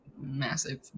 massive